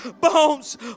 bones